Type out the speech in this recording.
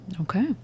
Okay